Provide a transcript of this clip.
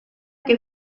que